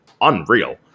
unreal